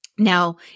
Now